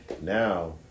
now